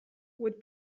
would